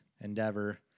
Endeavor